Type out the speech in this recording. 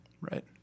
Right